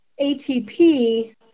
atp